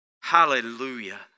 Hallelujah